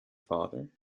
father